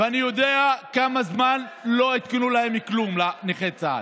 ואני יודע כמה זמן לא עדכנו להם כלום, לנכי צה"ל.